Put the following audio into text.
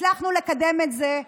הצלחנו לקדם את זה,